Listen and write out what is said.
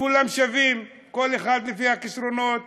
שכולם שווים, כל אחד לפי הכישרונות,